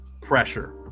pressure